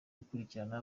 gukurikirana